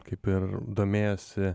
kaip ir domėjosi